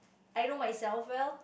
I know myself well